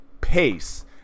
pace